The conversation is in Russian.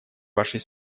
вашей